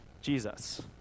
Jesus